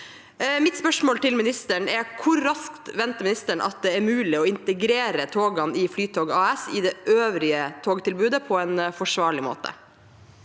Mitt spørsmål til ministeren er: Hvor raskt venter ministeren det er mulig å integrere togene i Flytoget AS i det øvrige togtilbudet på en forsvarlig måte?